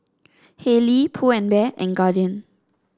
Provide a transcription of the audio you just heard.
Haylee Pull and Bear and Guardian